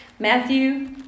Matthew